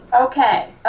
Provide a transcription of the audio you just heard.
okay